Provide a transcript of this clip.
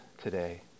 today